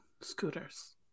Scooters